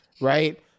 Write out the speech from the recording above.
right